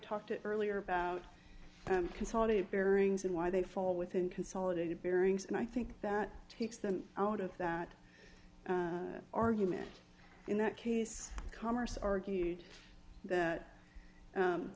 talked earlier about consolidated bearings and why they fall within consolidated bearings and i think that takes them out of that argument in that case commerce argued that